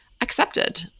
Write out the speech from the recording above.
accepted